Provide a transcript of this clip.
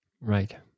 Right